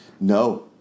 No